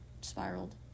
spiraled